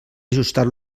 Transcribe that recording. ajustar